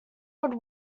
would